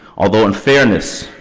although in fairness,